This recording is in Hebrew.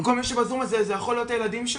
וכל מי שבזום הזה אלה יכולים להיות הילדים שלו.